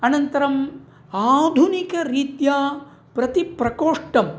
आनन्तरं आधुनिकरीत्या प्रतिप्रकोष्टं